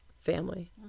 family